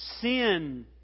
Sin